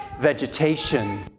vegetation